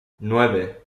nueve